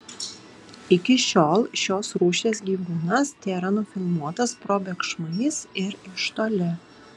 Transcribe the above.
iki šiol šios rūšies gyvūnas tėra nufilmuotas probėgšmais ir iš toli